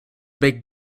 big